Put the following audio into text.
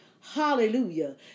hallelujah